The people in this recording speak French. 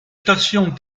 stations